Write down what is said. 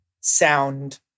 sound